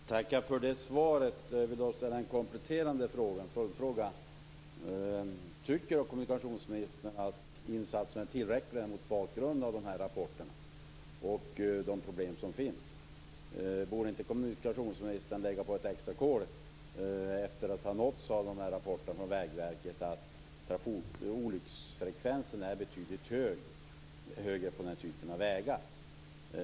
Fru talman! Jag tackar för det svaret. Jag vill då ställa en följdfråga. Tycker kommunikationsministern att insatserna är tillräckliga mot bakgrund av den här rapporten och de problem som finns? Borde inte kommunikationsministern lägga på ett extra kol, efter att ha nåtts av rapporten från Vägverket om att olycksfrekvensen är betydligt högre på den här typen av vägar?